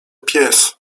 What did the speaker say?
pies